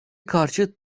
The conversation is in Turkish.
karşı